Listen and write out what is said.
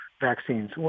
vaccines